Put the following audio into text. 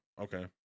okay